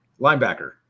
linebacker